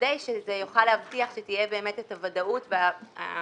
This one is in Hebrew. כדי שזה יוכל להבטיח שתהיה באמת את הוודאות והביטחון